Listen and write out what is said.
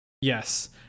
yes